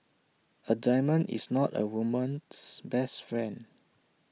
A diamond is not A woman's best friend